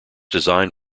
design